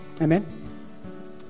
Amen